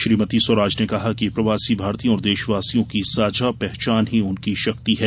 श्रीमती स्वराज ने कहा कि प्रवासी भारतीयों और देशवासियों की साझा पहचान ही उनकी शक्ति है